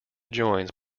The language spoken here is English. joins